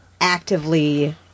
actively